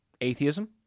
atheism